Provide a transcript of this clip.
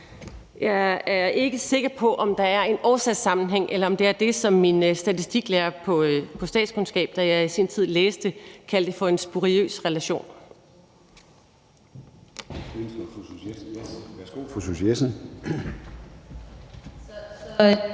Jeg er ikke sikker på, at der er en årsagssammenhæng, eller om det er det, som min statistiklærer på statskundskab, da jeg i sin tid læste, kaldte for en spuriøs relation.